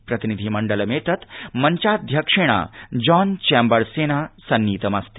प्रतिनिधि मण्डलमेतत् मञ्चाध्यक्षेण जॉन् चेम्बर्सेन सन्नीतमस्ति